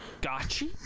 Gotcha